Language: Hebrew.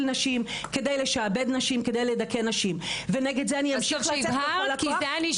נשים כדי לשעבד נשים כדי לדכא נשים ונגד אני אמשיך לצאת הכוח.